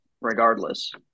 regardless